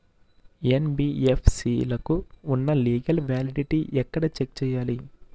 NBFC లకు ఉన్నా legal validity ఎక్కడ చెక్ చేయాలి?